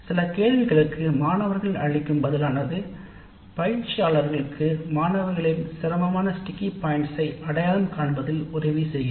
சில கேள்விகளுக்கு மாணவர்கள் அளிக்கும் பதில் ஆனது பயிற்சியாளர்களுக்கு மாணவர்களின் சிரமமான ஸ்டிக்கி பாயின்ட்ஸ் ஐ அடையாளம் காண்பதில் உதவி செய்கிறது